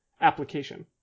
application